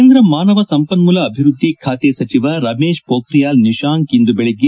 ಕೇಂದ್ರ ಮಾನವ ಸಂಪನ್ನೂಲ ಅಭಿವೃದ್ದಿ ಖಾತೆ ಸಚಿವ ರಮೇಶ್ ಷೋಕ್ರಿಯಾಲ್ ನಿಶಾಂಕ್ ಇಂದು ಬೆಳಗ್ಗೆ